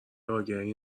آگهی